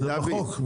וזה בחוק?